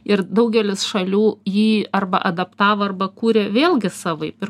ir daugelis šalių jį arba adaptavo arba kūrė vėlgi savaip ir